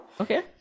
okay